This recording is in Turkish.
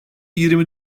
yirmi